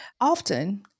often